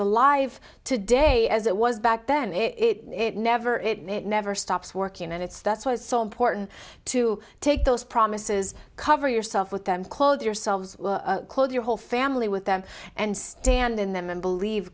alive today as it was back then it never it never stops working and it's that's why it's so important to take those promises cover yourself with them clothe yourselves clothe your whole family with them and stand in them and believe